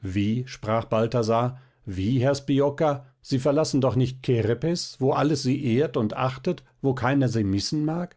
wie sprach balthasar wie herr sbiocca sie verlassen doch nicht kerepes wo alles sie ehrt und achtet wo keiner sie missen mag